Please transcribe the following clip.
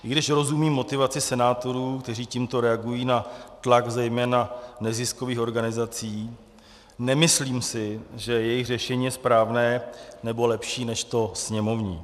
I když rozumím motivaci senátorů, kteří tímto reagují na tlak zejména neziskových organizací, nemyslím si, že jejich řešení je správné nebo lepší než to sněmovní.